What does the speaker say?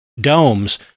domes